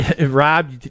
Rob